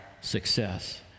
success